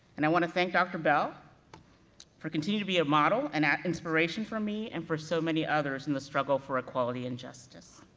and i wanna thank dr. bell for continuing to be a model and an inspiration for me and for so many others in the struggle for equality and justice.